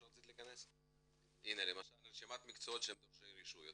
למשל רשימת מקצועות שהם דורשי רישוי.